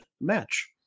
match